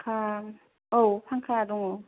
फांखा औ फांखा दङ